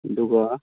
ꯑꯗꯨꯒ